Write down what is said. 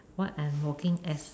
what I'm working as